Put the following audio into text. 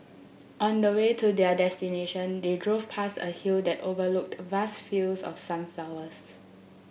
on the way to their destination they drove past a hill that overlooked vast fields of sunflowers